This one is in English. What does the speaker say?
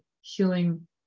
healing